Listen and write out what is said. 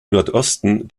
nordosten